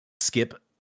skip